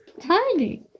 tiny